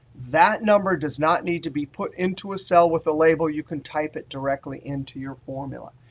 that number does not need to be put into a cell with a label. you can type it directly into your formula.